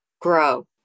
grow